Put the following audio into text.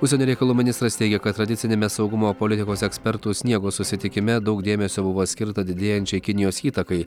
užsienio reikalų ministras teigia kad tradiciniame saugumo politikos ekspertų sniego susitikime daug dėmesio buvo skirta didėjančiai kinijos įtakai